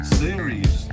series